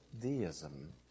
deism